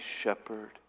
shepherd